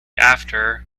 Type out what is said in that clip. after